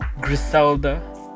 Griselda